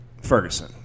Ferguson